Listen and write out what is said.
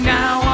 now